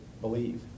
believe